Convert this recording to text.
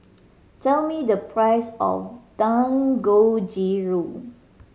tell me the price of Dangojiru